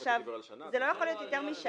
זה לא יכול להיות יותר משנה.